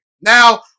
Now